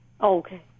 Okay